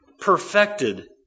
perfected